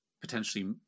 potentially